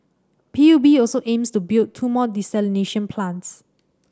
P U B also aims to build two more desalination plants